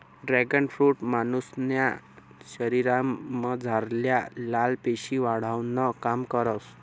dragon fruit मानुसन्या शरीरमझारल्या लाल पेशी वाढावानं काम करस